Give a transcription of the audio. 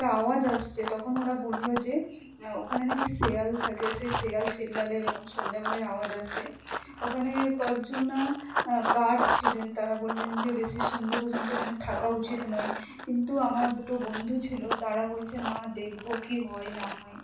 একটা আওয়াজ আসছে তখন ওরা বলল যে ওখানে না কি শেয়াল থাকে সে শেয়াল চিল্লালে এরকম সন্ধ্যেবেলায় আওয়াজ আসে ওখানে কয়েকজন গার্ড ছিলেন তারা বললেন যে বেশি সন্ধ্যে পর্যন্ত এখানে থাকাও উচিত নয় কিন্তু আমার দুটো বন্ধু ছিল তারা বলছে না দেখব কী হয় না হয়